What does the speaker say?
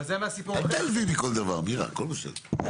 אל תיעלבי מכל דבר מירה, הכל בסדר.